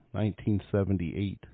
1978